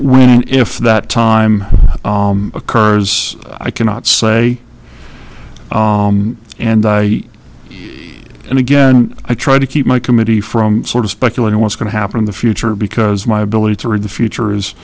when and if that time occurs i cannot say and i and again i try to keep my committee from sort of speculating what's going to happen in the future because my ability to read the future is